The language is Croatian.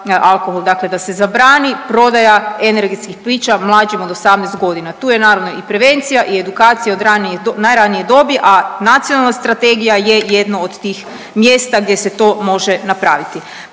alkohol. Dakle, da se zabrani prodaja energetskih pića mlađim od 18 godina. Tu je naravno i prevencija i edukacija od ranije, najranije dobi, a nacionalna strategija je jedno od tih mjesta gdje se to može napraviti,